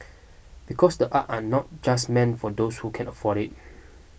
because the art are not just meant for those who can afford it